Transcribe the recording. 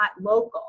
local